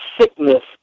sickness